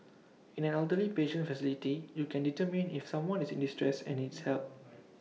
in an elderly patient facility you can determine if someone is in distress and needs help